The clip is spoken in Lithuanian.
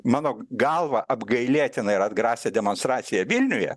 mano galva apgailėtiną ir atgrasią demonstraciją vilniuje